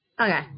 okay